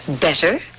Better